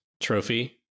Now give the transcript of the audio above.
trophy